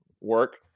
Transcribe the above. work